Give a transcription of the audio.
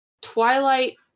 Twilight